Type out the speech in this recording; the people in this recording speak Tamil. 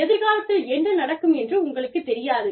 எதிர்காலத்தில் என்ன நடக்கும் என்று உங்களுக்குத் தெரியாது